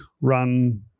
run